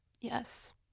Yes